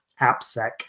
AppSec